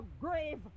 grave